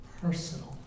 personal